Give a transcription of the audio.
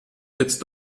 jetzt